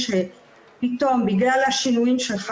לא הרבה נשים,